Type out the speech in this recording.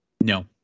no